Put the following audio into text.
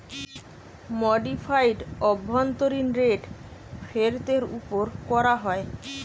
modified অভ্যন্তরীন rate ফেরতের ওপর করা হয়